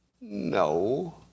No